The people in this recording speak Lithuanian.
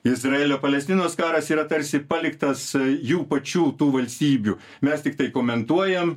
izraelio palestinos karas yra tarsi paliktas jų pačių tų valstybių mes tiktai komentuojam